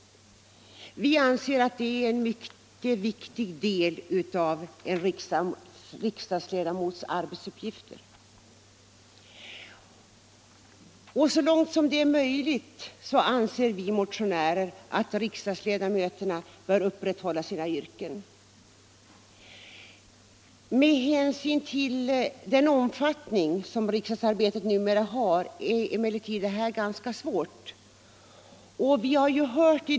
Vi motionärer anser att riksdagsledamöterna så långt det är möjligt bör upprätthålla kontakten med sina yrken. Med hänsyn till den omfattning som riksdagsarbetet numera har är detta emellertid ganska svårt.